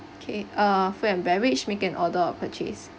okay uh food and beverage make an order or purchase